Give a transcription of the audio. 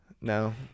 No